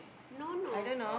no no